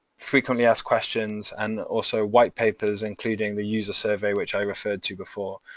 frequently asked questions and also white papers, including the user survey which i referred to before